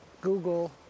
Google